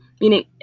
meaning